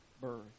birth